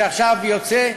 שעכשיו יוצא,